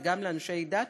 וגם לאנשי דת,